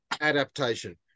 adaptation